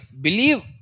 believe